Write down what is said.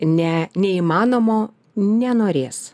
ne neįmanomo nenorės